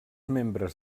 membres